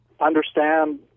understand